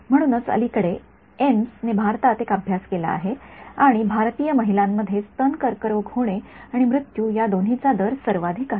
म्हणूनच अलीकडे एम्स ने भारतात एक अभ्यास केला आहे आणि भारतीय महिलांमध्ये स्तन कर्करोग होणे आणि मृत्यू या दोन्हीचा दर सर्वाधिक आहे